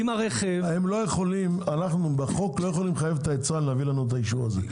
בחוק אנחנו לא יכולים לחייב את היצרן להביא לנו את האישור הזה.